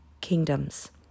kingdoms